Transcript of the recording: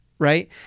Right